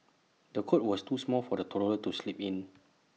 the cot was too small for the toddler to sleep in